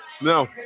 No